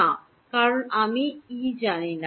না কারণ আমি ই জানি না